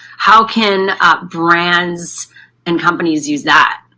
how can brands and companies use that?